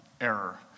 error